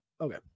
Okay